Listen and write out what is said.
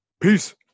Peace